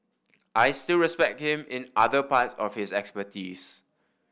I still respect him in other parts of his expertise